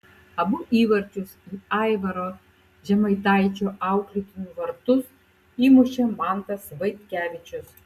abu įvarčius į aivaro žemaitaičio auklėtinių vartus įmušė mantas vaitkevičius